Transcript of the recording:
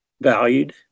valued